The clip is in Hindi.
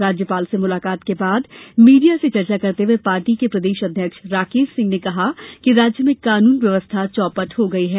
राज्यपाल से मुलाकात के बाद मीडिया से चर्चा करते हुए पार्टी के प्रदेश अध्यक्ष राकेश सिंह ने कहा कि राज्य में कानून व्यवस्था चौपट हो गई है